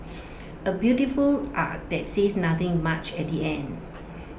A beautiful Ad that says nothing much at the end